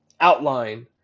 outline